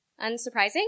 unsurprising